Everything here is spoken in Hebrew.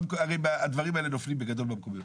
הרי הדברים האלה נופלים בגדול במקומיות.